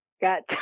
got